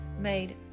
made